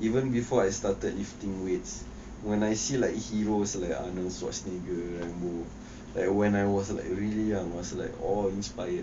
even before I started lifting weights when I see like heroes like arnold schwarzenegger at when I was like really young was like or inspired